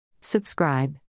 Subscribe